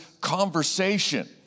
conversation